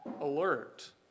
alert